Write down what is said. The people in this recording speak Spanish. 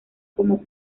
como